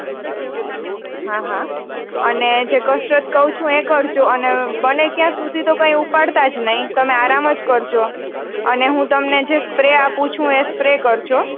હા હા અને જે કસરત કહું છું એ કરજો અને બને ત્યાં સુધી તો કંઈ ઉપાડતા જ નહીં તમે આરામ જ કરજો અને હું તમને જે સ્પ્રે આપું છું એ સ્પ્રે કરજો